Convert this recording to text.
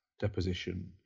deposition